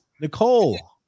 Nicole